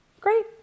great